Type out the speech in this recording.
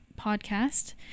podcast